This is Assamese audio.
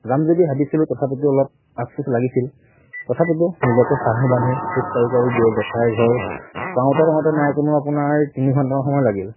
যাম যদিও ভাবিছিলোঁ তথাপিতো অলপ আফচোচ লাগিছিল তথাপিতো নিজকে সাহ বান্ধি খোজ কাঢ়ি কাঢ়ি জেঠাইৰ ঘৰ পাওঁতে পাওঁতে নাই কমেও আপোনাৰ তিনি ঘণ্টা মান সময় লাগিল